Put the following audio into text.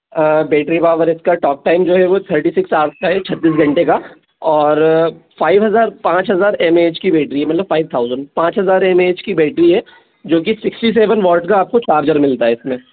battery power इसका talk time जो है वो थर्टी सिक्स हॉर्स का है छत्तीस घंटे का और फाइव हज़ार पाँच हज़ार एम ए एच की बैटरी है मतलब फाइव थाउजेंड पाँच हज़ार एम ए एच की बैटरी है जो कि सिक्सटी सेवन वाट का आपको चार्जर मिलता है इसमें